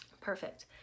perfect